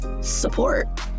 support